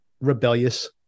rebellious